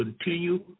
continue